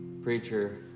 preacher